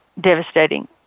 devastating